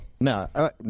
No